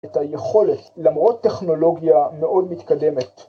‫את היכולת, למרות טכנולוגיה ‫מאוד מתקדמת.